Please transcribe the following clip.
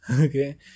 okay